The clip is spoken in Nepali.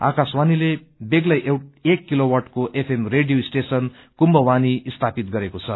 आकाशवाणीले बेग्लै एक किलोवाटको एफएम रेडियो स्टेशन कुम्मवाणी स्थापित गरेको छ